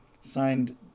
signed